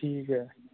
ਠੀਕ ਹੈ